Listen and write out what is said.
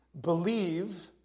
believe